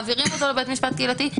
מעבירים אותו לבית משפט קהילתי,